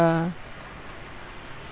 uh